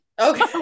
okay